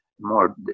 more